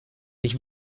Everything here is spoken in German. ich